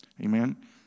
Amen